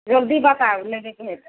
जल्दी बताओ लेबयके है तऽ